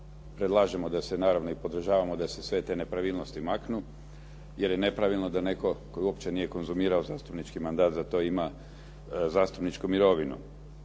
Predlažem naravno i podržavamo da se sve te nepravilnosti maknu jer je nepravilno da netko tko uopće nije konzumirao zastupnički mandat za to ima zastupničku mirovinu.